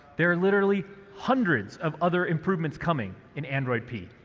there are literally hundreds of other improvements coming in android p.